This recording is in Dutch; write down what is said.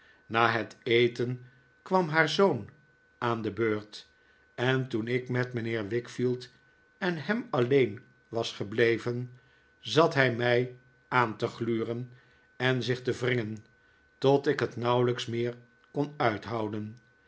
na het eten kwam haar zoon aan de beurt en toen ik met mijnheer wickfield en hem alleen was gebleven zat hij mij aan te gluren en zich te wringen tot ik het nauwelijks meer kon uithouden